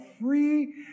free